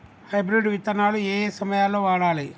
Hybrid విత్తనాలు ఏయే సమయాల్లో వాడాలి?